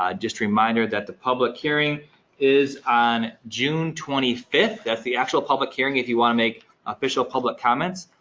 ah just a reminder that the public hearing is on june twenty fifth, that's the actual public hearing, if you want to make official public comments.